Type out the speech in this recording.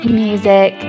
music